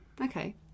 Okay